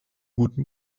guten